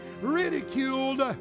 ridiculed